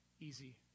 easy